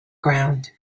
ground